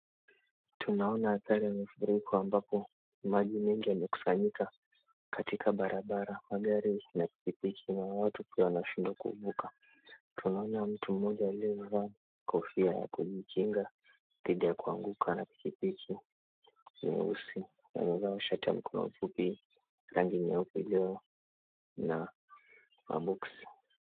Tunaona hatari ya mafuriko ambapo maji mengi yamekusanyika katika barabara. Magari na pikipiki na watu wakiwa wanashindwa kuvuka. Tunaona mtu mmoja aliyevaa kofia ya kujikinga dhidi ya kuanguka na pikipiki nyeusi. Amevaa shati ya mkono fupi rangi nyeupe iliyo na maboksi.